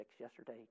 yesterday